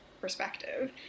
perspective